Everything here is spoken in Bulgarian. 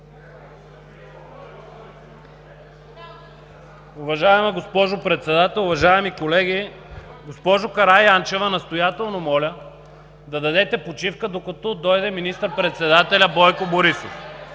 Уважаема госпожо Председател, уважаеми колеги! Госпожо Караянчева, настоятелно моля да дадете почивка, докато дойде министър-председателят Бойко Борисов.